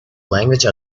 language